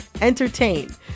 entertain